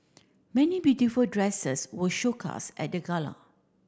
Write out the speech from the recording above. many beautiful dresses were at that gala